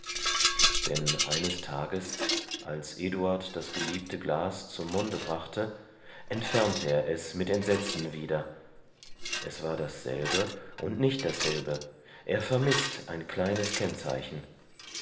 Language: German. denn eines tages als eduard das geliebte glas zum munde brachte entfernte er es mit entsetzen wieder es war dasselbe und nicht dasselbe er vermißt ein kleines kennzeichen